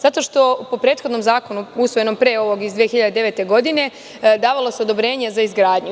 Zato što se po prethodnom zakonu, usvojenom pre ovog iz 2009. godine, davalo odobrenje za izgradnju.